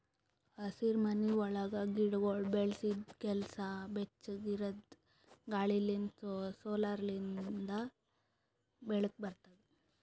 ಹಸಿರುಮನಿ ಒಳಗ್ ಗಿಡಗೊಳ್ ಬೆಳಸದ್ ಕೆಲಸ ಬೆಚ್ಚುಗ್ ಇರದ್ ಗಾಳಿ ಲಿಂತ್ ಸೋಲಾರಿಂದು ಬೆಳಕ ಬರ್ತುದ